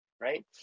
Right